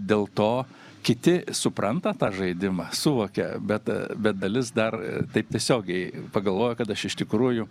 dėl to kiti supranta tą žaidimą suvokia bet bet dalis dar taip tiesiogiai pagalvojo kad aš iš tikrųjų